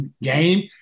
game